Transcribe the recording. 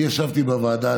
אני ישבתי בוועדה,